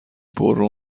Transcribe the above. پررو